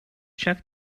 check